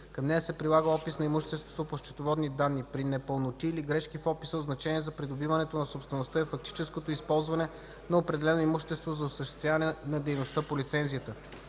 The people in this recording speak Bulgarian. Към нея се прилага опис на имуществото по счетоводни данни. При непълноти или грешки в описа от значение за придобиването на собствеността е фактическото използване на определено имущество за осъществяване на дейността по лицензията.